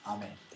Amen